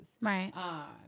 right